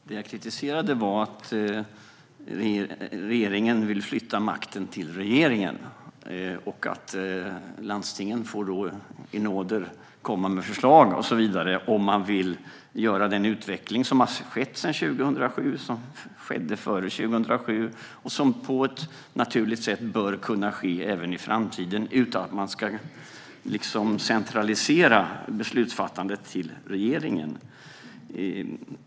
Herr talman! Det jag kritiserade var att regeringen vill flytta makten till regeringen. Landstingen får då i nåder komma med förslag om man vill ha den utveckling som har skett sedan 2007 och som skedde före 2007. Det bör kunna ske på ett naturligt sätt även i framtiden utan att man ska centralisera beslutsfattandet till regeringen.